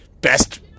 best